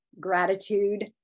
gratitude